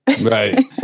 right